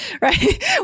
right